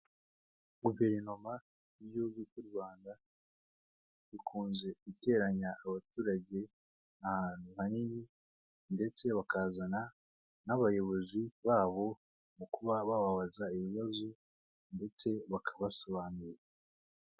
Guverinoma y'igihugu cy’u Rwanda ikunze guteranya abaturage ahantu hanini ndetse bakazana n'abayobozi babo mu kuba bababaza ibibazo ndetse bakabasobanurira.